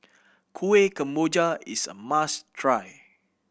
Kueh Kemboja is a must try